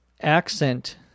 accent